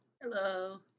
Hello